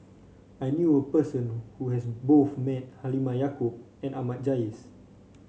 I knew a person who has met both Halimah Yacob and Ahmad Jais